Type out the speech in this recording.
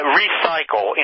recycle